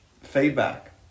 Feedback